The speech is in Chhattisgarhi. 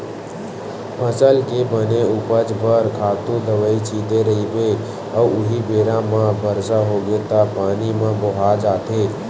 फसल के बने उपज बर खातू दवई छिते रहिबे अउ उहीं बेरा म बरसा होगे त पानी म बोहा जाथे